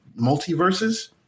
multiverses